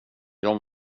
jag